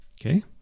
Okay